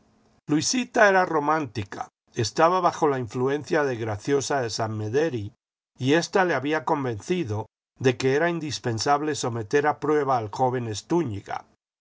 luisita era romántica estaba bajo la influencia de graciosa de san mederi y ésta le había convencido de que era indispensable someter a prueba al joven